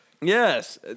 Yes